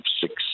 six